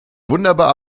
wunderbar